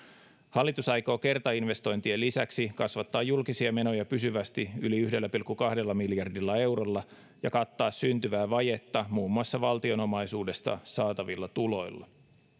hallitus aikoo kertainvestointien lisäksi kasvattaa julkisia menoja pysyvästi yli yhdellä pilkku kahdella miljardilla eurolla ja kattaa syntyvää vajetta muun muassa valtion omaisuudesta saatavilla tuloilla